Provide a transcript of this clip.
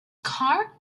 car